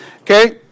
Okay